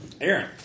Aaron